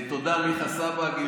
תודה, מיכה סבג.